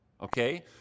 okay